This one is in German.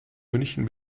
münchen